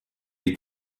est